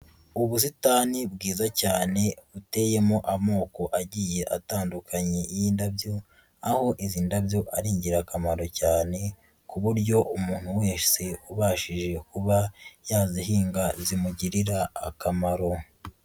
Ubusitani bwiza cyane uteyemo amoko agiye atandukanye y'indabyo aho izi ndabyo ari ingirakamaro cyane ku buryo umuntu wese ubashije kuba yazihinga zimugirira akamaro.